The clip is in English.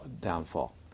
downfall